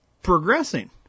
progressing